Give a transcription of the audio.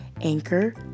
Anchor